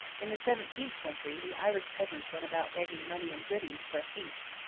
in the seventeenth century the irish peasants went about begging money and goodies for a feast,